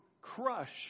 crush